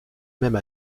même